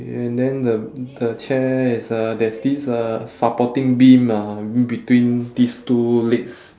and then the the chair is a there's this uh supporting beam ah between these two legs